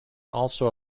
also